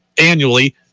annually